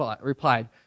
replied